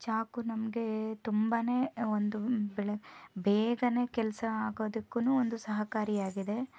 ಚಾಕು ನಮಗೆ ತುಂಬಾನೆ ಒಂದು ಬೆಳ ಬೇಗನೇ ಕೆಲಸ ಆಗೋದಕ್ಕೂ ಒಂದು ಸಹಕಾರಿಯಾಗಿದೆ